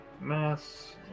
mass